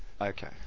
Okay